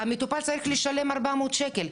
המטופל צריך לשלם 400 שקל.